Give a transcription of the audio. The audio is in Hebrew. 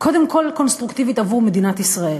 קודם כול קונסטרוקטיבית עבור מדינת ישראל,